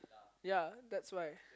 ya thats why